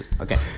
Okay